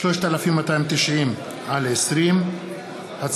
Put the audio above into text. פ/3290/20 וכלה בהצעת חוק פ/3361/20,